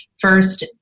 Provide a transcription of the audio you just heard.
First